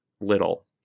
little